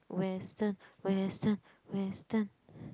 Western Western Western